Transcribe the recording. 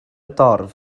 dorf